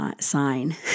sign